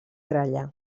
gralla